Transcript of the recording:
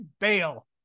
bail